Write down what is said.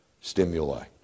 stimuli